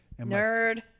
Nerd